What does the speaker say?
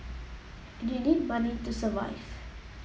and you need money to survive